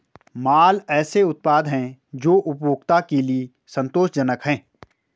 माल ऐसे उत्पाद हैं जो उपभोक्ता के लिए संतोषजनक हैं